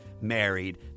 married